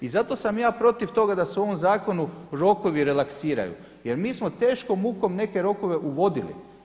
I zato sam ja protiv toga da se u ovom zakonu rokovi relaksiraju jer mi smo teškom mukom neke rokove uvodili.